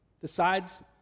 decides